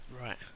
right